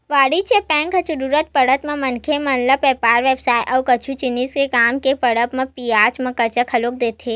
वाणिज्य बेंक ह जरुरत पड़त म मनखे मन ल बेपार बेवसाय अउ कुछु जिनिस के काम के पड़त म बियाज म करजा घलोक देथे